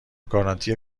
گارانتی